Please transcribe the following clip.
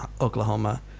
Oklahoma